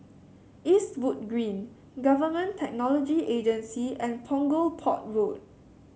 Eastwood Green Government Technology Agency and Punggol Port Road